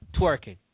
twerking